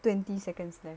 twenty seconds left